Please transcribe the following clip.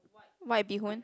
white-bee-hoon